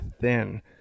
thin